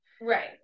Right